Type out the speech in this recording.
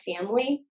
family